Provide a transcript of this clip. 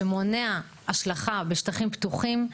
שמונע השלכה בשטחים פתוחים,